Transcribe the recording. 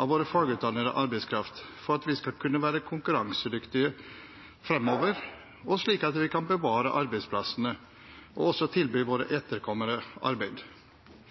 av vår fagutdannede arbeidskraft for at vi skal kunne være konkurransedyktig fremover, og slik at vi kan bevare arbeidsplassene og også tilby våre etterkommere arbeid.